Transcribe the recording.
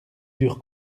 dure